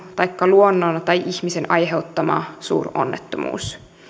taikka luonnon tai ihmisen aiheuttama suuronnettomuus